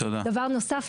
דבר נוסף,